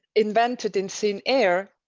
invented in thin air.